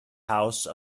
house